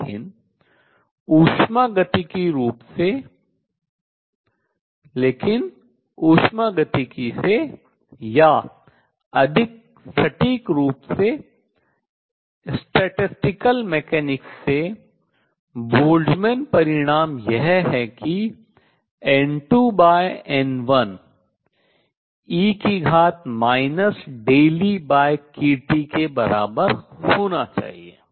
लेकिन उष्मागतिकी रूप से लेकिन उष्मागतिकी से या अधिक सटीक रूप से सांख्यिकीय यांत्रिकी से बोल्ट्ज़मान परिणाम यह है कि N2N1 e EkT के बराबर होना चाहिए